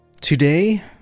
Today